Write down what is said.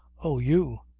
oh, you.